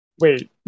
Wait